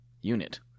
unit